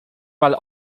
mal